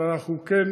אבל אנחנו כן,